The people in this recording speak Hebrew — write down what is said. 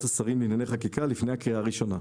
השרים לענייני חקיקה לפני הקריאה הראשונה.